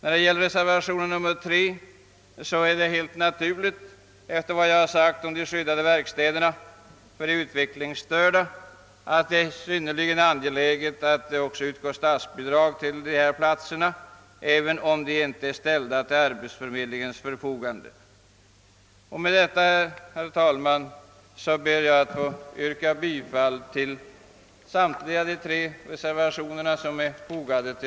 Av vad jag har anfört om skyddade verkstäder för de utvecklingsstörda framgår att det helt naturligt är synnerligen angeläget att det utgår statsbidrag också till sådana, även om inte platserna där är ställda till arbetsförmedlingens «förfogande. Därför yrkar jag bifall också till reservationen III.